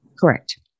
Correct